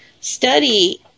study